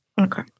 Okay